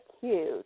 cute